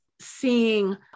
seeing